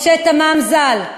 משה תמם ז"ל?